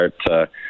start